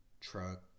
truck